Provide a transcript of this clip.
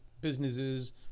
businesses